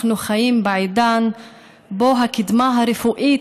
אנחנו חיים בעידן שבו הקדמה הרפואית